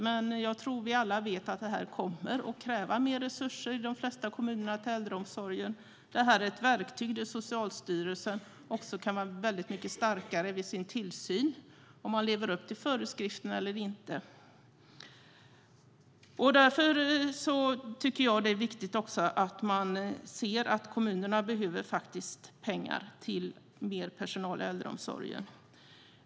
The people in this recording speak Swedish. Men vi vet alla att det här kommer att kräva mer resurser till äldreomsorgen i de flesta kommuner. Det här är ett verktyg som gör att Socialstyrelsen kan agera starkare i sin tillsyn. Lever äldreomsorgen upp till föreskrifterna eller inte? Det är viktigt att se att kommunerna behöver pengar till mer personal i äldreomsorgen.